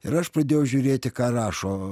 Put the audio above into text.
ir aš pradėjau žiūrėti ką rašo